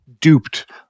duped